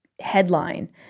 headline